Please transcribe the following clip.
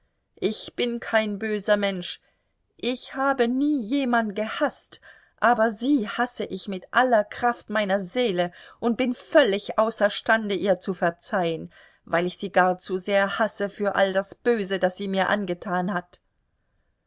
ich bin kein böser mensch ich habe nie jemand gehaßt aber sie hasse ich mit aller kraft meiner seele und bin völlig außerstande ihr zu verzeihen weil ich sie gar zu sehr hasse für all das böse das sie mir angetan hat